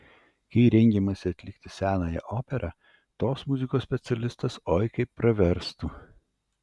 kai rengiamasi atlikti senąją operą tos muzikos specialistas oi kaip praverstų